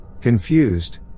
confused